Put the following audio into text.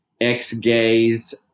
ex-gays